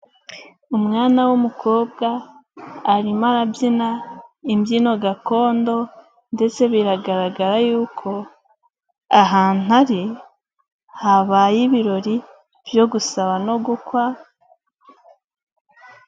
Umwana w'umukobwa arimo arabyina imbyino gakondo ndetse biragaragara y'uko ahantu ari habaye ibirori byo gusaba no gukwa.